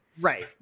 Right